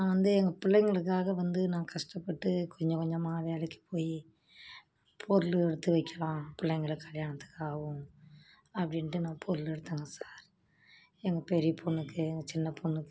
நான் வந்து எங்கள் பிள்ளைங்களுக்காக வந்து நான் கஷ்டப்பட்டு கொஞ்சம் கொஞ்சமாக வேலைக்கு போய் பொருள் எடுத்து வைக்கிலாம் பிள்ளைங்களுக்கு கல்யாணத்துக்காகவும் அப்படின்ட்டு நான் பொருள் எடுத்தேங்க சார் எங்கள் பெரிய பொண்ணுக்கு எங்கள் சின்ன பொண்ணுக்கு